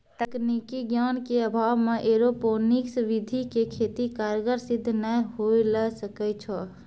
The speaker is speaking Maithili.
तकनीकी ज्ञान के अभाव मॅ एरोपोनिक्स विधि के खेती कारगर सिद्ध नाय होय ल सकै छो